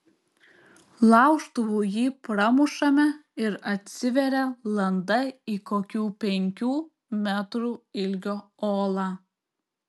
laužtuvu jį pramušame ir atsiveria landa į kokių penkių metrų ilgio olą